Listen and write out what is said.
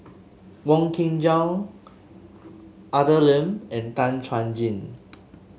Wong Kin Jong Arthur Lim and Tan Chuan Jin